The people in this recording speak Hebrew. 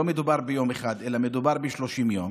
לא מדובר ביום אחד אלא מדובר ב-30 יום.